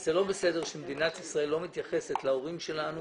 וזה לא בסדר שמדינת ישראל לא מתייחסת להורים שלנו